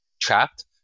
trapped